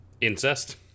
Incest